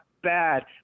Bad